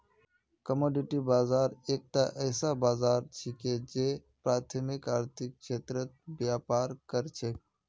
commodity बाजार एकता ऐसा बाजार छिके जे प्राथमिक आर्थिक क्षेत्रत व्यापार कर छेक